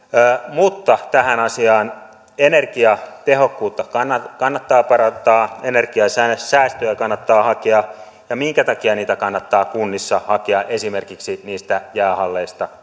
mutta tähän asiaan energiatehokkuutta kannattaa kannattaa parantaa energian säästöä kannattaa hakea ja minkä takia niitä kannattaa kunnissa hakea esimerkiksi niistä jäähalleista